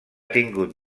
tingut